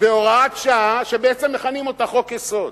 בהוראת שעה, שבעצם מכנים אותה "חוק-יסוד".